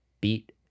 beat